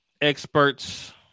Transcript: experts